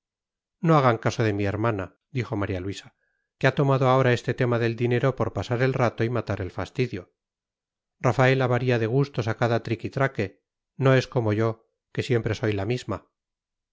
no hagan caso de mi hermana dijo maría luisa que ha tomado ahora este tema del dinero por pasar el rato y matar el fastidio rafaela varía de gustos a cada triquitraque no es como yo que siempre soy la misma